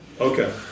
okay